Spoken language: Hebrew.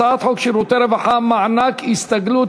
הצעת חוק שירותי רווחה (מענק הסתגלות